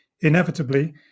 Inevitably